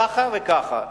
ככה וככה.